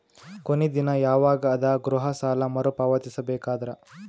ಕೊನಿ ದಿನ ಯವಾಗ ಅದ ಗೃಹ ಸಾಲ ಮರು ಪಾವತಿಸಬೇಕಾದರ?